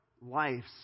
lives